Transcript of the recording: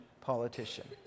politician